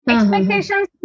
Expectations